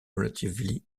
relatively